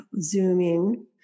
zooming